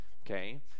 Okay